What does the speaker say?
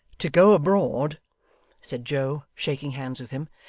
to go abroad said joe, shaking hands with him,